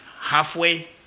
halfway